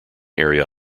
area